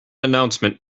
announcement